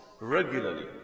regularly